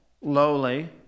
lowly